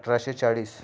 अठराशे चाळीस